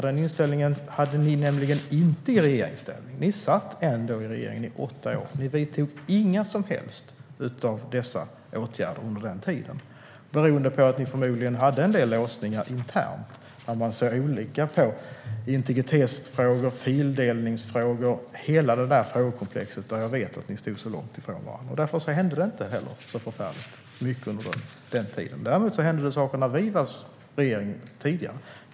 Den inställningen hade ni nämligen inte i regeringsställning. Ni satt ändå i regeringen i åtta år, men ni vidtog inte några som helst av dessa åtgärder under den tiden. Det var beroende på att ni förmodligen hade en del låsningar internt. Man såg olika på integritetsfrågor, fildelningsfrågor och hela det frågekomplexet där jag vet att ni stod långt ifrån varandra. Därför hände det inte heller så förfärligt mycket under den tiden. Däremot hände det mycket saker när vi var i regering tidigare.